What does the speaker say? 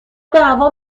دعوا